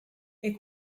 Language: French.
est